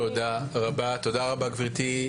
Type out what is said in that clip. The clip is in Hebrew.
תודה רבה גבירתי,